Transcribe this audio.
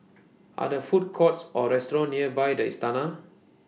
Are There Food Courts Or restaurants near By The Istana